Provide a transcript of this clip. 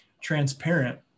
transparent